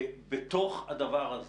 בתוך הדבר הזה,